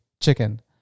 Chicken